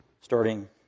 starting